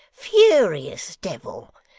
furious devil.